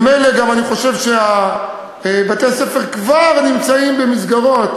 ממילא אני חושב שבתי-הספר כבר נמצאים במסגרות,